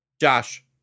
Josh